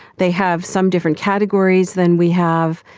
they have some different categories than we have.